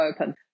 open